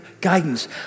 Guidance